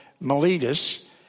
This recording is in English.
Miletus